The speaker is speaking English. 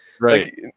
Right